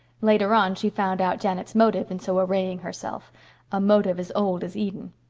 later on, she found out janet's motive in so arraying herself a motive as old as eden.